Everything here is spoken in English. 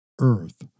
earth